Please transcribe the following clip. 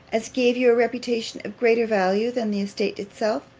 as gave you a reputation of greater value than the estate itself?